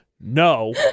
no